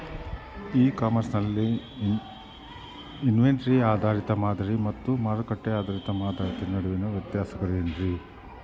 E commerce ನಲ್ಲಿ inventory ಆಧಾರಿತ ಮಾದರಿ ಮತ್ತ ಮಾರುಕಟ್ಟೆ ಆಧಾರಿತ ಮಾದರಿಯ ನಡುವಿನ ವ್ಯತ್ಯಾಸಗಳೇನ ರೇ?